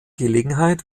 gelegenheit